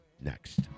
next